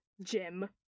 Jim